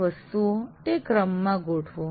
આ વસ્તુઓ તે ક્રમમાં ગોઠવો